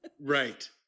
Right